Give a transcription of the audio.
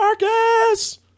Marcus